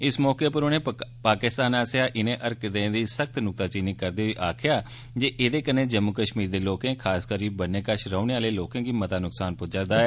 इस मौके पर उनें पाकिस्तान दी इनें हरकतें दी सख्त नुक्ताचीनी करदे होई आखेआ जे एह्दे कन्नै जम्मू कष्मीर दे लोकें खासकरियै बन्ने कष रौहने आह्ले लोकें गी मता नुक्सान पुज्जा'रदा ऐ